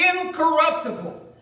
incorruptible